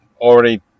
already